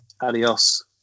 Adios